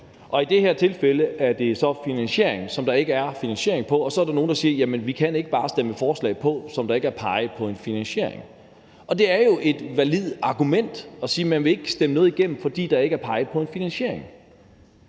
Og i det her tilfælde er det så finansieringen, som ikke er der, og så er der nogle, der siger: Vi kan ikke bare stemme for et forslag, hvor der ikke er peget på en finansiering. Og det er jo et validt argument, at man siger, at man ikke vil stemme noget igennem, fordi der ikke er peget på en finansiering.